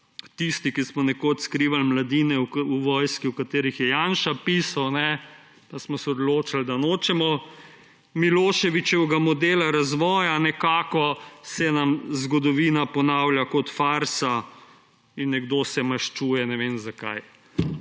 tisti, ki smo nekoč skrivali Mladine v vojski, v katerih je Janša pisal, pa smo se odločali, da nočemo Miloševičevega modela razvoja, se nam nekako zgodovina ponavlja kot farsa. In nekdo se maščuje, ne vem, zakaj.